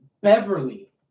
Beverly